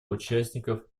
участников